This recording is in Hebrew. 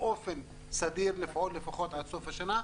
באופן סדיר לפעול לפחות עד סוף השנה.